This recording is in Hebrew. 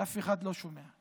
ואף אחד לא שומע.